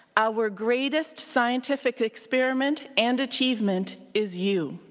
our greatest scientific experiment and achievement is you.